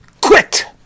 Quit